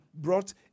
brought